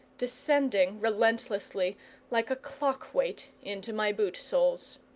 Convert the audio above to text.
descending relentlessly like a clock-weight into my boot soles.